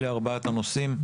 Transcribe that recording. אלה ארבעת הנושאים.